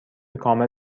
کامل